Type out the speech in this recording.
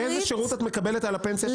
איזה שירות את מקבלת על הפנסיה שלך?